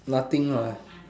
nothing what